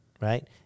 right